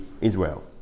Israel